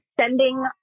sending